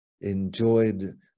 enjoyed